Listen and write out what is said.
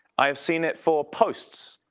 i have seen it for posts.